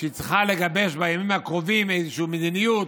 שהיא צריכה לגבש בימים הקרובים איזושהי מדיניות,